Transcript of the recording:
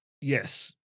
Yes